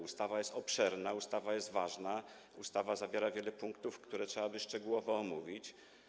Ustawa jest obszerna, ustawa jest ważna, ustawa zawiera wiele punktów, które trzeba by szczegółowo omówić.